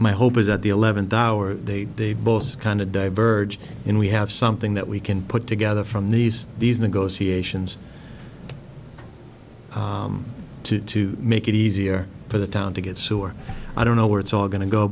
my hope is at the eleventh hour they both kind of diverged in we have something that we can put together from these these negotiations to make it easier for the town to get sore i don't know where it's all going to go